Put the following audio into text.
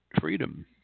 freedom